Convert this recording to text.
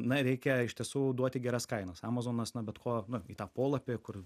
na reikia iš tiesų duoti geras kainas amazonas na bet ko na į tą polapį kur